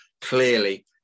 clearly